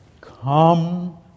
come